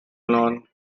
known